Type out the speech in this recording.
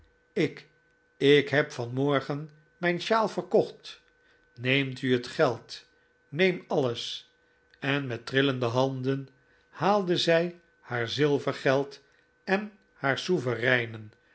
ik ik heb van morgen mijn sjaal verkocht neemt u het geld neem alles en met trillende handen haalde zij haar zilvergeld en haar souvereinen